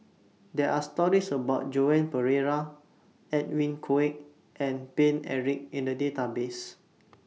There Are stories about Joan Pereira Edwin Koek and Paine Eric in The Database